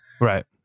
Right